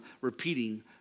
repeating